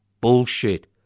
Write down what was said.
bullshit